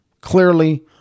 clearly